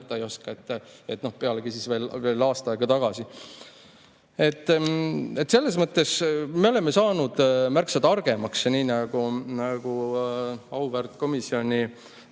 ei oska, pealegi siis veel aasta aega tagasi. Selles mõttes me oleme saanud märksa targemaks. Nii nagu auväärt komisjoni